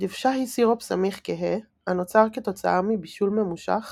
היא סירופ סמיך כהה, הנוצר כתוצאה מבישול ממושך